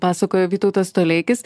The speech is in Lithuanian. pasakojo vytautas toleikis